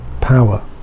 power